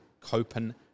Copenhagen